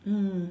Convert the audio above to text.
mm